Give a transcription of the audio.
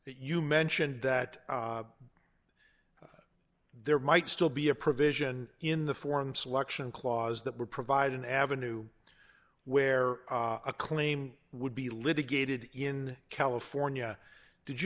you mentioned that there might still be a provision in the form selection clause that would provide an avenue where a claim would be litigated in california did you